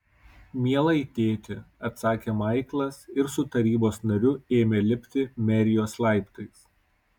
mielai tėti atsakė maiklas ir su tarybos nariu ėmė lipti merijos laiptais